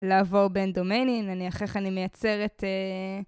לעבור בין דומיינים, נניח איך אני מייצרת...